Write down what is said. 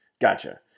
gotcha